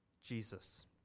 Jesus